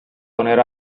poner